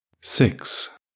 Six